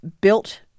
built